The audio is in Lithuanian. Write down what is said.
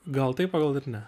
gal taip o gal ir ne